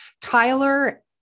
Tyler